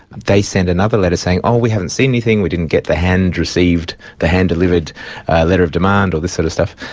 they sent another letter saying, oh, we haven't seen anything, we didn't get the hand-received, the hand-delivered letter of demand', all this sort of stuff,